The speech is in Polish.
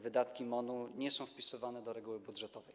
wydatki MON-u nie są wpisywane do reguły budżetowej.